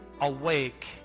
awake